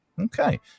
Okay